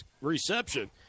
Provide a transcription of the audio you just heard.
reception